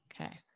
Okay